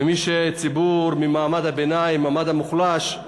ומי שהוא ציבור ממעמד הביניים, המעמד המוחלש,